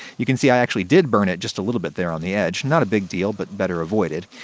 you can see i actually did burn it just a little bit there on the edge. not a big deal, but better avoided.